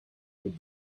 with